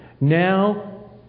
Now